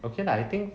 okay lah I think